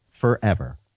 forever